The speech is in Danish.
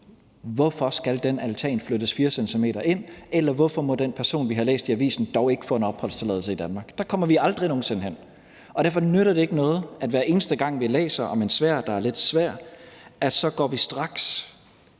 Hvorfor skal den altan flyttes 4. cm ind, eller hvorfor må den person, vi har læst om i avisen, dog ikke få en opholdstilladelse i Danmark? Der kommer vi aldrig nogen sinde hen. Derfor nytter det ikke noget, at vi, hver eneste gang vi læser om en sag, der er lidt svær, straks